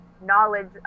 knowledge